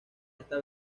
esta